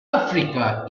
africa